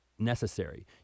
Necessary